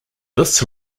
this